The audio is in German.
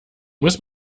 muss